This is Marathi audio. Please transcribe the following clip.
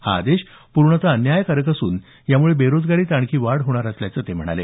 हा आदेश पूर्णत अन्यायकारक असून यामुळे बेरोजगारीत आणखी वाढ होणार असल्याचं ते म्हणाले